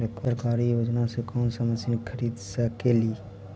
सरकारी योजना से कोन सा मशीन खरीद सकेली?